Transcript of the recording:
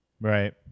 right